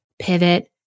pivot